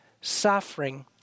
suffering